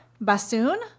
bassoon